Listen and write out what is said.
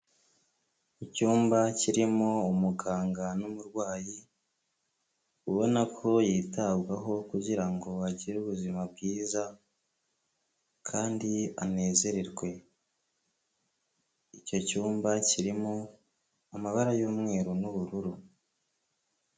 Icyumba kirimo umuganga n'umurwayi, ubona ko yitabwaho kugira ngo agire ubuzima bwiza kandi anezererwe, icyo cyumba kirimo amabara y'umweru n'ubururu.